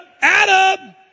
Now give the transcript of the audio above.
Adam